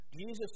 Jesus